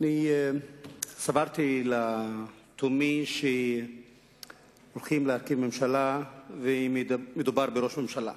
סברתי לתומי שהולכים להרכיב ממשלה ומדובר בראש הממשלה,